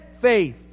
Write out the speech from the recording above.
faith